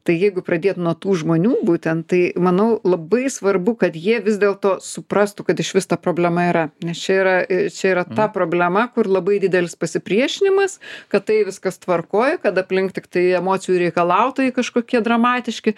tai jeigu pradėt nuo tų žmonių būtent tai manau labai svarbu kad jie vis dėlto suprastų kad išvis ta problema yra nes čia yra čia yra ta problema kur labai didelis pasipriešinimas kad tai viskas tvarkoj kad aplink tiktai emocijų reikalautojai kažkokie dramatiški